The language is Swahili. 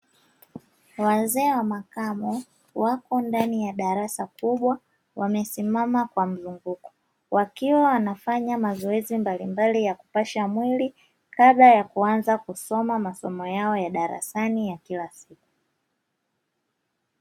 Wazee wa makamo wapo ndani ya darasa kubwa wamesimama kwa mzunguko, wakiwa wanafanya mazoezi mbalimbali ya kupasha mwili kabla ya kuanza kusoma masomo yao ya darasani ya kila siku.